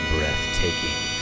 Breathtaking